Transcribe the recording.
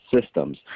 systems